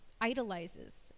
idolizes